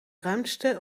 ruimste